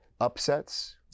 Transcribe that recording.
upsets